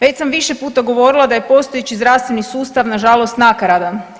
Već sam više puta govorila da je postojeći zdravstveni sustav nažalost nakaradan.